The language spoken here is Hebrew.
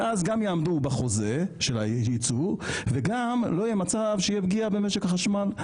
ואז גם יעמדו בחוזה של היצוא וגם לא יהיה מצב שתהיה פגיעה במשק החשמל.